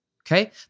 Okay